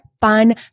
fun